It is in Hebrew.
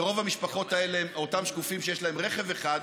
ורוב המשפחות האלה הן אותם שקופים שיש להם רכב אחד,